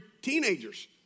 teenagers